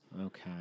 Okay